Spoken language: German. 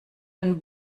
den